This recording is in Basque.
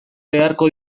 beharko